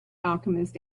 alchemist